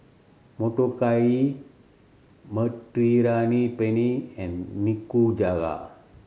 Motoyaki Mediterranean Penne and Nikujaga